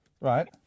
Right